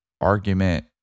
argument